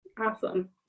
Awesome